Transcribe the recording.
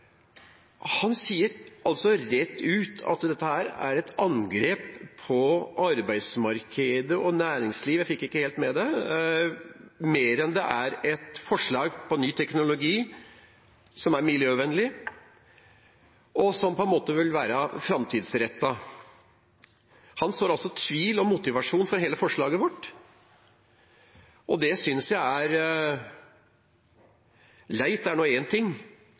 Han sier altså rett ut at dette er et angrep på arbeidsmarked og næringsliv – jeg fikk det ikke helt med meg – mer enn det er et forslag om ny teknologi, som er miljøvennlig, og som vil være framtidsrettet. Han sår altså tvil om motivasjonen for forslaget vårt. Det synes jeg er leit – det er nå én ting